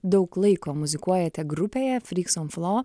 daug laiko muzikuojate grupėje freaks on floor